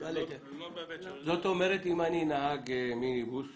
זאת אומרת, אם אני נהג מיניבוס